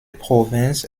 province